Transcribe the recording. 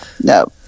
No